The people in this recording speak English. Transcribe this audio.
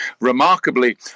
Remarkably